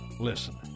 Listen